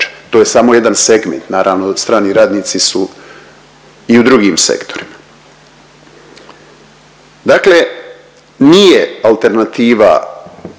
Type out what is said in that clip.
To je samo jedan segment. Naravno strani radnici su i u drugim sektorima. Dakle, nije alternativa